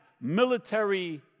military